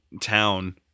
town